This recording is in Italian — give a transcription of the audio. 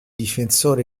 difensore